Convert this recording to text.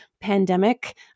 pandemic